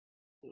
నమస్తే